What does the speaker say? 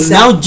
now